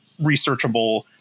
researchable